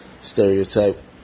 stereotype